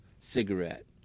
cigarette